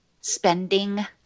spending